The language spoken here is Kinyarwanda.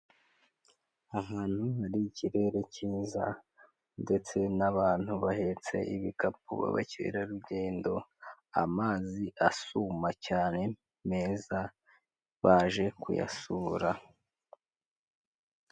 Ahantu hari ikirere cyiza ndetse n'abantu bahetse ibikapu, abakerarugendo amazi asuma cyane meza baje kuyasura.